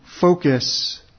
focus